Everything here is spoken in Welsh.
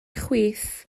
chwith